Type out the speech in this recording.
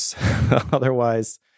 otherwise